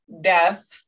death